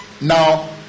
Now